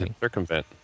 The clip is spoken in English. circumvent